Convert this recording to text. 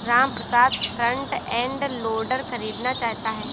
Ramprasad front end loader खरीदना चाहता है